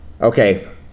Okay